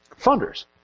funders